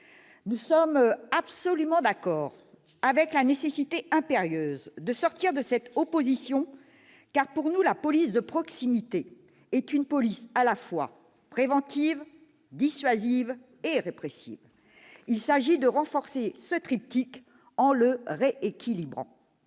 Nous sommes absolument d'accord : sortir de cette opposition est une nécessité impérieuse car, pour nous, la police de proximité est une police à la fois préventive, dissuasive et répressive. Il s'agit de renforcer ce triptyque en le rééquilibrant.